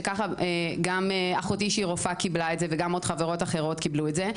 ככה גם אחותי שהיא רופאה קיבלה את זה וגם עוד חברות אחרות קיבלו את זה,